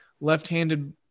left-handed